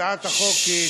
הצעת החוק,